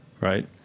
right